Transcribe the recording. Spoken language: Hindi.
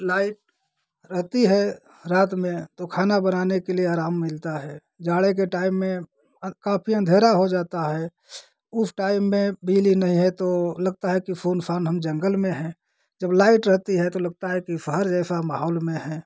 लाइट रहती है रात में तो खाना बनाने के लिए आराम मिलता है जाड़े के टाइम में काफ़ी अंधेरा हो जाता है उस टाइम में बिजली नहीं है तो लगता है कि सुनसान हम जंगल में हैं जब टाइम रहती है तो लगता है कि शहर जैसा माहोल में हैं